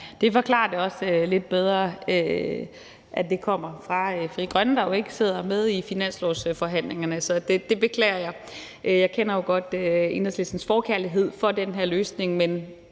Det forklarer det også lidt bedre, altså at det kommer fra Frie Grønne, der jo ikke sidder med i finanslovsforhandlingerne. Så det beklager jeg. Jeg kender jo godt Enhedslistens forkærlighed for den her løsning, men